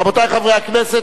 רבותי חברי הכנסת,